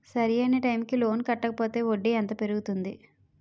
సరి అయినా టైం కి లోన్ కట్టకపోతే వడ్డీ ఎంత పెరుగుతుంది?